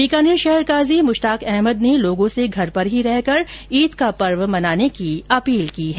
बीकानेर शहर काजी मुश्ताक अहमद ने लोगों से घर पर ही रहकर ईद का पर्व मनाने की अपील की है